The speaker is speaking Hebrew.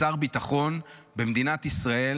שר ביטחון במדינת ישראל,